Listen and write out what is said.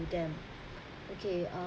to them okay uh